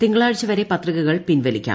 തിങ്കളാഴ്ച വരെ പത്രികകൾ പിൻവലിക്കാം